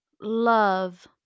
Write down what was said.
love